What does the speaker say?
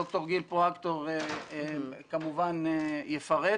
דוקטור גיל פרואקטור כמובן יפרט.